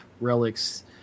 relics